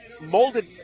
molded